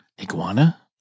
Iguana